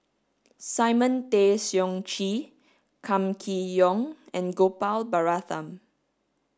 Simon Tay Seong Chee Kam Kee Yong and Gopal Baratham